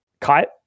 cut